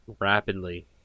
rapidly